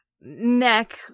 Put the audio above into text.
neck